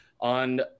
on